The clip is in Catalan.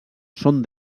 són